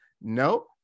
no